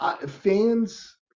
fans